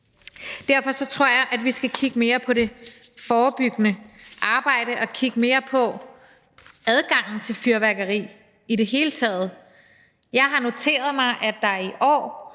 Derfor tror jeg, vi skal kigge mere på det forebyggende arbejde og kigge mere på adgangen til fyrværkeri i det hele taget. Jeg har noteret mig, at der i år